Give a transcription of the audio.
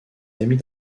amis